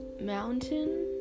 mountain